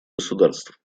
государств